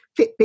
Fitbit